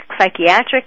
psychiatric